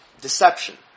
deception